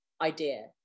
idea